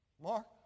Mark